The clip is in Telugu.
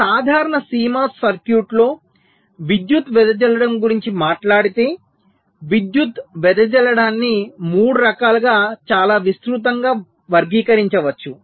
ఒక సాధారణ CMOS సర్క్యూట్లో విద్యుత్ వెదజల్లడం గురించి మాట్లాడితే విద్యుత్ వెదజల్లడాన్ని 3 రకాలుగా చాలా విస్తృతంగా వర్గీకరించవచ్చు